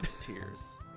tears